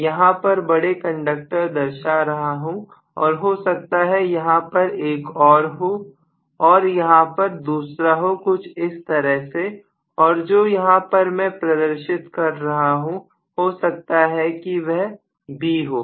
मैं यहां पर बड़े कंडक्टर दर्शा रहा हूं और हो सकता है यहां पर एक हो और यहां पर दूसरा हो कुछ इस तरह से और जो यहां पर मैं प्रदर्शित कर रहा हूं हो सकता है कि वह B हो